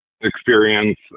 experience